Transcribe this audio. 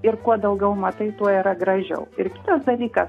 ir kuo daugiau matai tuo yra gražiau ir kitas dalykas